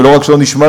ולא רק שלא נשמרים,